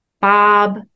Bob